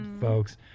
folks